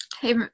Hey